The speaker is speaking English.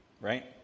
right